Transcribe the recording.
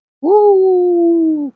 Woo